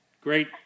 Great